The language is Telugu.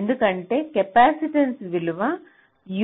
ఎందుకంటే కెపాసిటెన్స్ విలువ U Cin